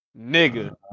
Nigga